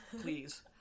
Please